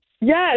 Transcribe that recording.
Yes